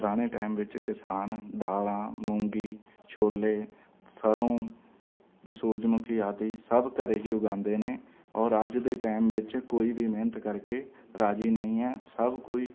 ਪੁਰਾਣੇ ਟਾਈਮ ਵਿੱਚ ਕਿਸਾਨ ਦਾਲਾਂ ਮੂੰਗੀ ਛੋਲੇ ਸਰ੍ਹੋਂ ਅਤੇ ਸੂਰਜਮੁਖੀ ਆਦਿ ਸਭ ਘਰ ਹੀ ਉਗਾਉਂਦੇ ਨੇ ਔਰ ਅੱਜ ਦੇ ਟਾਈਮ ਵਿੱਚ ਕੋਈ ਵੀ ਮਿਹਨਤ ਕਰਕੇ ਰਾਜ਼ੀ ਨਹੀਂ ਹੈ ਸਭ ਕੋਈ